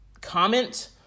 comment